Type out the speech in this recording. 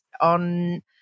on